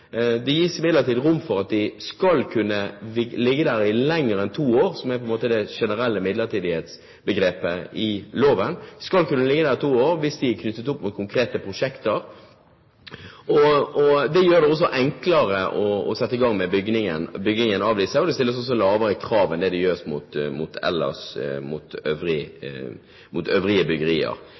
Det gis imidlertid rom for at de skal kunne stå i mer enn to år, som er det generelle midlertidighetsbegrepet i loven. De skal kunne stå der i to år hvis de er knyttet opp mot konkrete prosjekter. Det gjør det enklere å sette i gang bygging av dem. Det stilles også lavere krav enn for øvrige